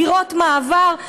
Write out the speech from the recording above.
דירות מעבר,